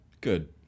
Good